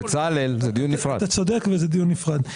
בצלאל, זה דיון נפרד.